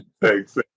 Thanks